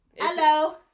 Hello